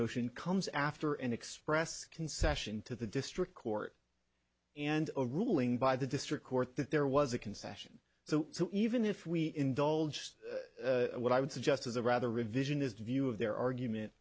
motion comes after an express concession to the district court and a ruling by the district court that there was a concession so even if we indulged what i would suggest is a rather revisionist view of their argument